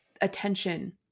attention